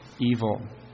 evil